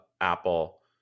Apple